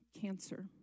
cancer